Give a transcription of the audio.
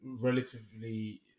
relatively